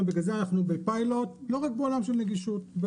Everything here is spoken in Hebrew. אנחנו בפיילוט לא רק בעולם של נגישות אלא